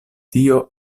tio